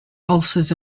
ulcers